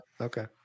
okay